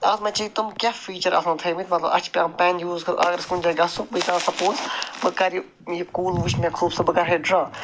اَتھ منٛز چھِ تِم کیٚنٛہہ فیٖچر آسان تھٲومٕتۍ مطلب اَسہِ چھُ پٮ۪وان پٮ۪ن یوٗز کَرُن اَگر أسۍ کُنہِ جایہِ گژھو بہٕ کرٕ یہِ یہِ کُل وُچھ مےٚ خوٗبصوٗرت بہٕ کرٕہا یہِ ڈرا